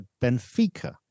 Benfica